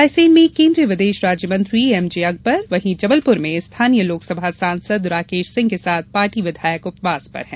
रायसेन में केद्रीय विदेश राज्य मंत्री एम जे अकबर वहीं जबलपुर में स्थानीय लोकसभा सांसद राकेश सिंह के साथ पार्टी विधायक उपवास पर हैं